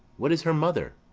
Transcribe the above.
what is her mother?